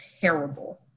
terrible